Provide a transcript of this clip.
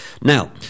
Now